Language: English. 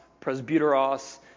presbyteros